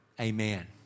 Amen